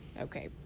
Okay